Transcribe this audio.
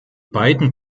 beiden